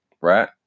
Right